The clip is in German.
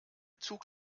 zug